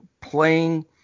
playing